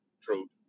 true